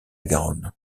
garonne